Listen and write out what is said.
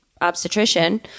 obstetrician